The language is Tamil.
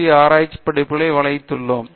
டி ஆராய்ச்சி படிப்பு வைத்துள்ளோம்